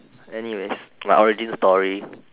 anyways my origin story